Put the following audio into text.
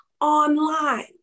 online